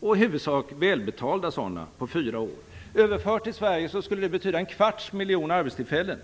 och i huvudsak välbetalda sådana, på fyra år. Överfört till svenska förhållanden skulle det betyda en kvarts miljon arbetstillfällen.